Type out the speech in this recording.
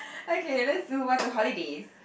okay let's move on to holidays